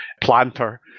planter